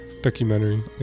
Documentary